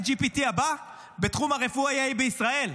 GPT הבא בתחום הרפואי יהיה בישראל,